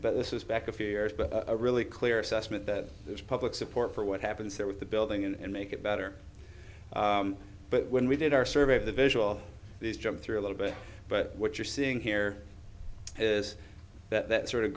but this is back a few years but a really clear assessment that there's public support for what happens there with the building and make it better but when we did our survey of the visual these jumped through a little bit but what you're seeing here is that sort of